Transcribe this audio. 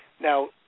Now